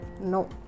No